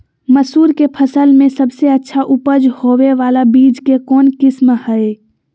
मसूर के फसल में सबसे अच्छा उपज होबे बाला बीज के कौन किस्म हय?